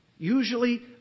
Usually